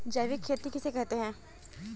जैविक खेती किसे कहते हैं?